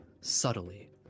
subtly